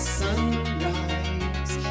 sunrise